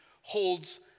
holds